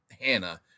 Hannah